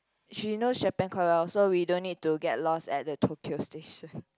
she knows Japan quite well so we don't need to get lost at the Tokyo station